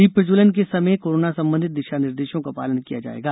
दीप प्रजवलन के समय कोरोना संबंधित दिशा निर्देशों का पालन किया जाएगा